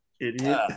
Idiot